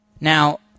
Now